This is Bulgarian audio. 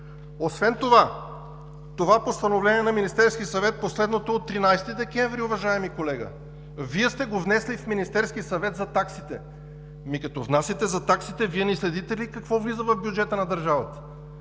Освен това последното постановление на Министерския съвет за таксите е от 13 декември, уважаеми колега! Вие сте го внесли в Министерския съвет! Ами, като внасяте за таксите, не следите ли какво влиза в бюджета на държавата?